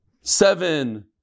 Seven